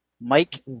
Mike